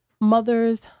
mothers